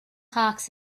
hawks